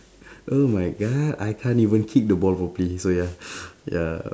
oh my god I can't even kick the ball properly so ya ya